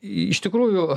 iš tikrųjų